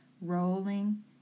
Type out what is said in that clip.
rolling